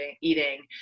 eating